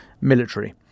military